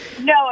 No